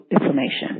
information